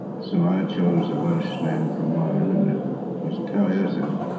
so i chose a welsh name for mine and it was taliesin,